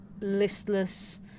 listless